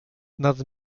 nad